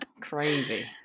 crazy